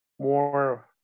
more